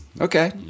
Okay